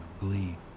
glee